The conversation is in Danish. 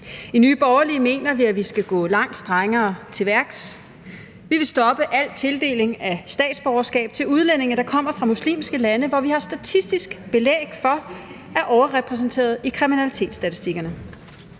I Nye Borgerlige mener vi, at vi skal gå langt strengere til værks. Vi vil stoppe al tildeling af statsborgerskab til udlændinge, der kommer fra muslimske lande, som vi har statistisk belæg for er overrepræsenteret i kriminalitetsstatistikkerne.